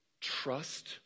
trust